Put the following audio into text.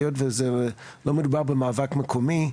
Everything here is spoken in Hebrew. היות וזה לא מדובר במאבק מקומי,